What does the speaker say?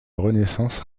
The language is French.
renaissance